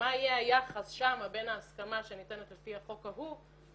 מה יהיה היחס שם בין ההסכמה שניתנת לפי החוק ההוא,